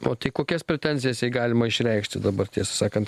o tai kokias pretenzijas jai galima išreikšti dabar tiesą sakant